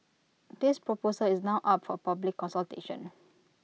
this proposal is now up for public consultation